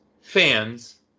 fans